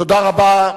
תודה רבה.